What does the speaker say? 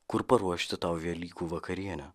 kur paruošti tau velykų vakarienę